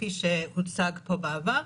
כפי שהוצג פה בעבר,